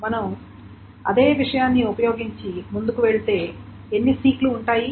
మనం అదే విషయాన్ని ఉపయోగించి ముందుకు వెళితే ఎన్ని సీక్ లు ఉంటాయి